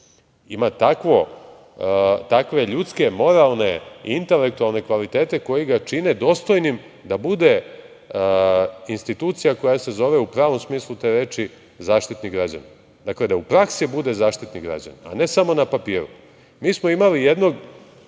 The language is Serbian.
ima takve ljudske, moralne i intelektualne kvalitete koji ga čine dostojnim da bude institucija koja se zove u pravom smislu te reči Zaštitnik građana. Dakle, da u praksi bude Zaštitnik građana, a ne samo na papiru. Mi smo imali jednog,